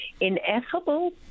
ineffable